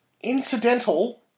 incidental